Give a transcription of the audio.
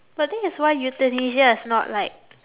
but the thing is why euthanasia is not like